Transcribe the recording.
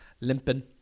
limping